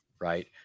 Right